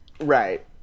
right